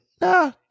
nah